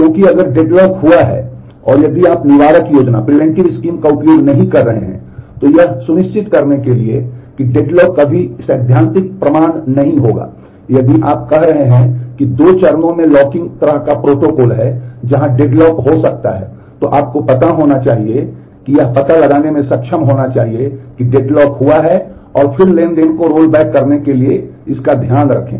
क्योंकि अगर डेडलॉक हुआ है और फिर ट्रांज़ैक्शन को रोलबैक करने के लिए इसका ध्यान रखें